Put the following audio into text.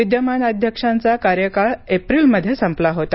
विद्यमान अध्यक्षांचा कार्यकाळ एप्रिल मध्ये संपला होता